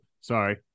sorry